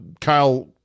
Kyle